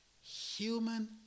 human